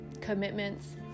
commitments